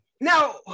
Now